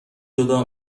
جدا